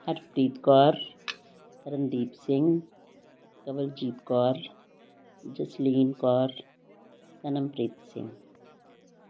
Harpreet Kaur Randeep Singh Kawaljeet Kaur Jasleen Kaur Sanampreet Singh